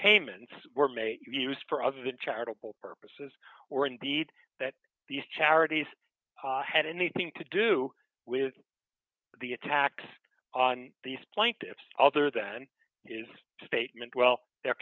payments were made used for other than charitable purposes or indeed that these charities had anything to do with the attacks on these plaintiffs other than this statement well they're